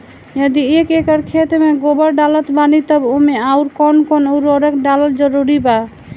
यदि एक एकर खेत मे गोबर डालत बानी तब ओमे आउर् कौन कौन उर्वरक डालल जरूरी बा?